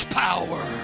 power